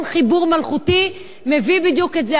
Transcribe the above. כל חיבור מלאכותי מביא בדיוק את זה.